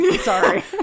sorry